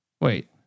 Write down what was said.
Wait